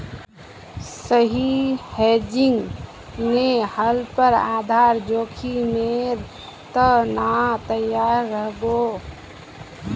सही हेजिंग नी ह ल पर आधार जोखीमेर त न तैयार रह बो